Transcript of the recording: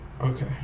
Okay